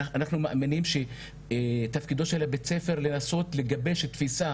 אנחנו מאמינים שתפקידו של בית הספר לנסות לגבש תפיסה